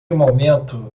momento